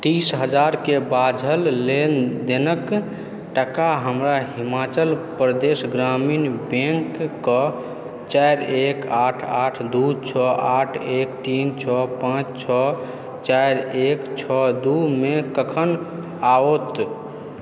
तीस हजारके बाझल लेनदेनक टाका हमरा हिमाचल प्रदेश ग्रामीण बैङ्क क चारि एक आठ आठ दू छओ आठ एक तीन छओ पाँच छओ चारि एक छओ दू मे कखन आओत